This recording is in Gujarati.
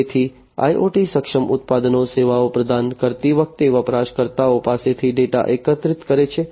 તેથી IoT સક્ષમ ઉત્પાદનો સેવાઓ પ્રદાન કરતી વખતે વપરાશકર્તાઓ પાસેથી ડેટા એકત્રિત કરે છે